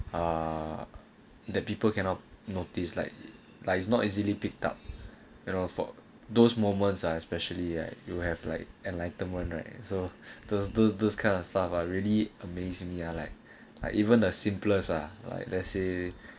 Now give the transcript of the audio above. uh the people cannot notice like like it's not easily picked up you know for those moments are especially like you have like enlightenment right so those those those kind of stuff I really amazingly ah like like even the simplest ah like let's say